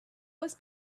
was